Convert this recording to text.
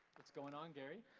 going on, gary?